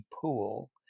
pool